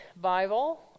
bible